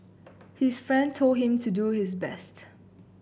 his friend told him to do his best